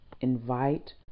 invite